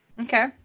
Okay